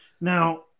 Now